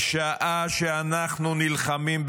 בשעה שאנחנו נלחמים,